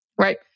Right